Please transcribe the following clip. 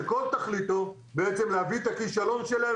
שכל תכליתו בעצם להביא את הכישלון שלהם